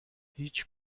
هیچ